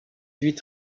huit